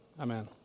Amen